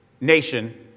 nation